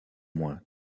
moins